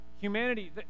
Humanity